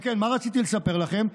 אם כן, מה רציתי לספר לכם?